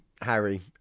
Harry